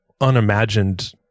unimagined